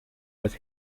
was